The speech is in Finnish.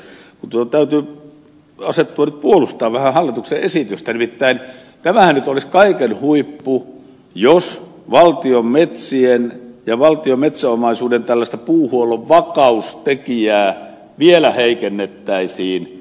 mutta täytyy nyt puolustaa vähän hallituksen esitystä nimittäin tämähän nyt olisi kaiken huippu jos valtion metsien ja valtion metsäomaisuuden tällaista puuhuollon vakaustekijää vielä heikennettäisiin